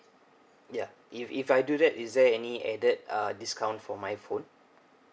ya if if I do that is there any added uh discount for my phone